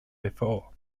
before